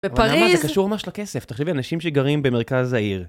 בפריז? אבל למה? זה קשור ממש לכסף, תחשבי, אנשים שגרים במרכז העיר.